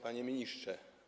Panie Ministrze!